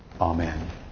Amen